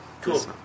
cool